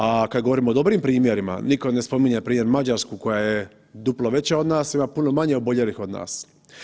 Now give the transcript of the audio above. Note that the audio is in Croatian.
A kada govorimo o dobrim primjerima niko ne spominje npr. Mađarsku koja je duplo veća od nas, a ima puno manje oboljelih od nas.